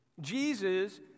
Jesus